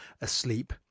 asleep